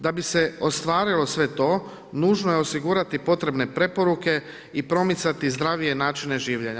Da bi se ostvarilo sve to, nužno je osigurati potrebne preporuke i promicati zdravije načine življenja.